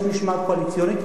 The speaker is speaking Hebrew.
יש משמעת קואליציונית,